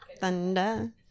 thunder